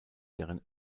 deren